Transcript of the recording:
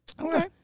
Okay